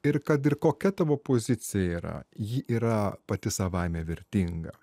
ir kad ir kokia tavo pozicija yra ji yra pati savaime vertinga